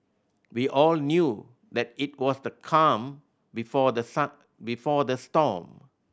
we all knew that it was the calm before the before the storm